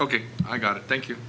ok i got it thank you